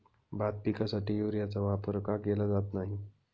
भात पिकासाठी युरियाचा वापर का केला जात नाही?